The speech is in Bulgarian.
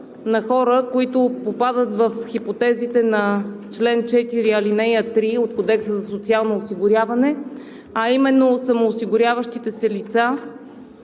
от хора, които попадат в хипотезите на чл. 4, ал. 3 от Кодекса за социално осигуряване, а именно самоосигуряващите се лица,